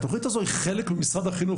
התוכנית הזו היא חלק ממשרד החינוך,